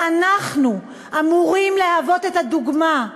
ואנחנו אמורים להוות את הדוגמה.